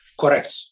Correct